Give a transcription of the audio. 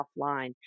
offline